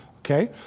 Okay